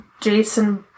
Jason